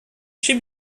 she